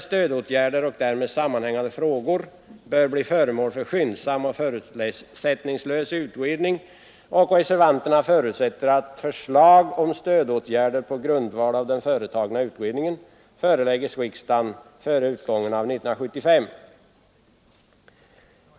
Stödåtgärderna och därmed sammanhängande frågor bör bli föremål för skyndsam och förutsättningslös utredning, och vi reservanter förutsätter att förslag om stödåtgärder på grundval av den företagna utredningen förelägges riksdagen före utgången av 1975.